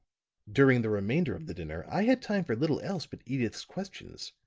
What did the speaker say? during the remainder of the dinner i had time for little else but edyth's questions.